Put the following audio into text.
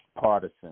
partisan